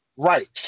Right